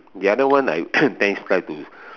the other one I that is like to